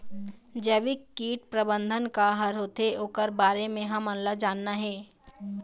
जैविक कीट प्रबंधन का हर होथे ओकर बारे मे हमन ला जानना हे?